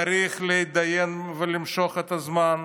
צריך להתדיין ולמשוך את הזמן,